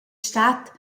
stat